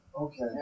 Okay